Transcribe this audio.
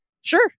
sure